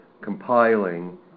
compiling